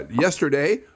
Yesterday